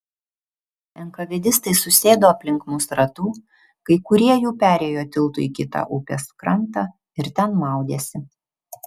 enkavedistai susėdo aplink mus ratu kai kurie jų perėjo tiltu į kitą upės krantą ir ten maudėsi